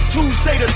Tuesday